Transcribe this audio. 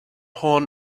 horn